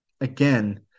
again